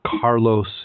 Carlos